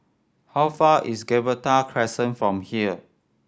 how far is Gibraltar Crescent from here